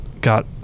got